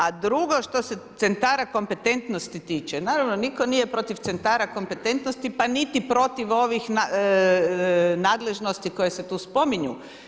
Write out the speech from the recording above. A drugo, što se centara kompetentnosti tiče, naravno, nitko nije protiv centara kompetentnosti, pa niti protiv ovih nadležnosti koje se tu spominju.